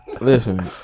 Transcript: Listen